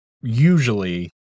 usually